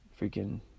freaking